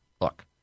look